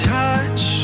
touch